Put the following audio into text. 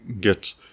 get